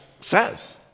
says